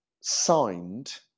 signed